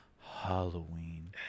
Halloween